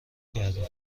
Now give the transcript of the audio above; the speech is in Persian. کردیم